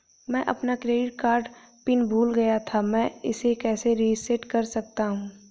मैं अपना credit card PIN भूल गया था मैं इसे कैसे रीसेट कर सकता हूँ?